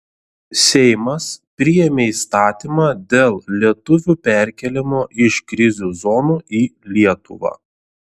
seimas priėmė įstatymą dėl lietuvių perkėlimo iš krizių zonų į lietuvą